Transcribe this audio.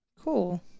Cool